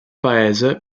paese